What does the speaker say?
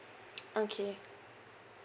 okay